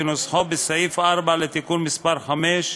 כנוסחו בסעיף 4 לתיקון מס' 5,